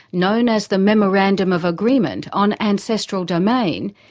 known as the memorandum of agreement on ancestral domain,